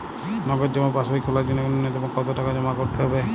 নগদ জমা পাসবই খোলার জন্য নূন্যতম কতো টাকা জমা করতে হবে?